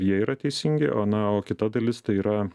jie yra teisingi o na o kita dalis tai yra